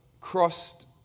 crossed